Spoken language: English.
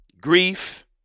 Grief